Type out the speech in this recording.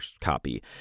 copy